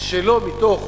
שלא מתוך